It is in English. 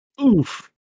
Oof